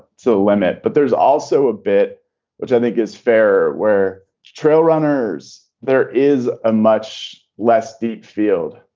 so limit. but there's also a bit which i think is fair, where trail runners there is a much less deep field.